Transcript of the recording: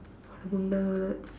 அட புண்ட:ada punda